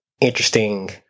interesting